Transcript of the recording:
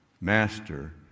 Master